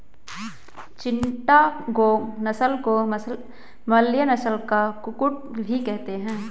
चिटागोंग नस्ल को मलय नस्ल का कुक्कुट भी कहते हैं